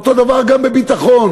אותו הדבר גם בביטחון,